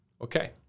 okay